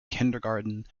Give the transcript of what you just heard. kindergarten